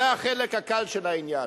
זה החלק הקל של העניין.